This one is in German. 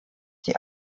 die